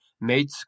made